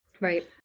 right